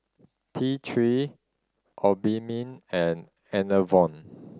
T Three Obimin and Enervon